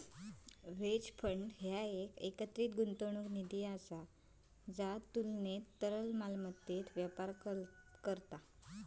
hedge fund ह्या एक एकत्रित गुंतवणूक निधी असा ज्या तुलनेना तरल मालमत्तेत व्यापार करता